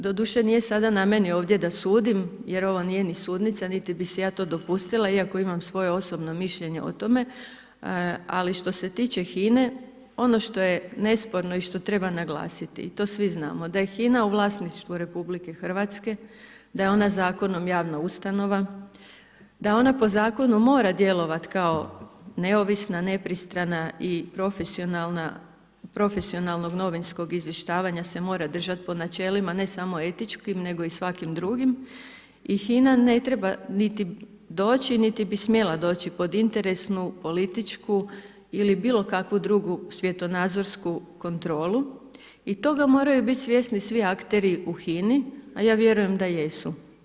Doduše nije sada na meni da sudim jer ovo nije ni sudnica, niti bih si ja to dopustila iako imam svoje osobno mišljenje o tome ali što se tiče HINA-e, ono što je nesporno i što treba naglasiti i to svi znamo da je HINA u vlasništvu RH, da je ona zakonom javna ustanova, da ona po zakonu mora djelovati kao neovisna, nepristrana i profesionalna, profesionalnog novinskog izvještavanja se mora držati po načelima ne samo etičkim nego i svakim drugim i HINA ne treba niti doći niti bi smjela doći pod interesnu političku ili bilo kakvu drugu svjetonazorsku kontrolu i toga moraju biti svjesni svi akteri u HINA-i a ja vjerujem da jesu.